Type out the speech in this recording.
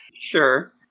Sure